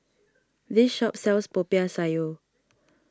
this shop sells Popiah Sayur